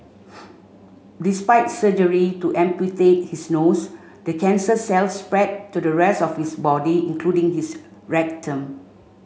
despite surgery to amputate his nose the cancer cells spread to the rest of his body including his rectum